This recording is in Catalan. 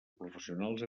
professionals